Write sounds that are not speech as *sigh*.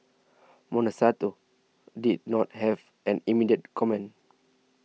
*unintelligible* did not have an immediate comment